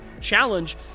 challenge